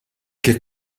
che